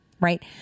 right